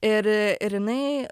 ir ir jinai